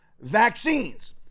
vaccines